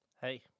Hey